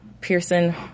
Pearson